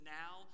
now